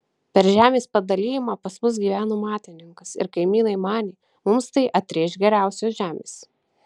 per žemės padalijimą pas mus gyveno matininkas ir kaimynai manė mums tai atrėš geriausios žemės